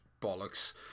bollocks